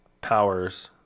powers